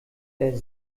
der